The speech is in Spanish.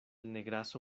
negrazo